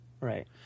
Right